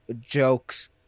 jokes